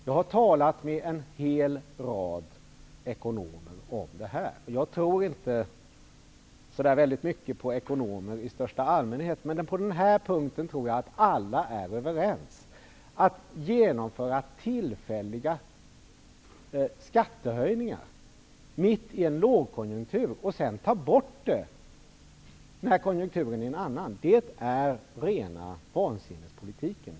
Jag har talat med en rad ekonomer om detta. Jag tror inte särskilt mycket på ekonomer i största allmänhet. Men på den här punkten tror jag att alla är överens. Att genomföra tillfälliga skattehöjningar mitt i en lågkonjunktur och att sedan ta bort dem när konjunkturen är en annan är rena vansinnespolitiken.